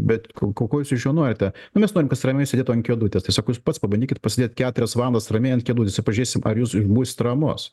bet ko ko jūs iš jo norite nu mes norim kad jis ramiai sėdėtų ant kėdutės tai sako jūs pats pabandykit pasėdėt keturias valandas ramiai ant kėdutės ir pažiūrėsim ar jūs būsit ramus